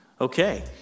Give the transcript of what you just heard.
Okay